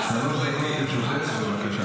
אלימות, רק, שלוש דקות לרשותך, בבקשה.